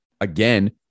again